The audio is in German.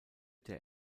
der